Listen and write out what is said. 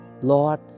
Lord